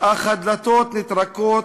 אך הדלתות נטרקות